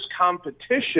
competition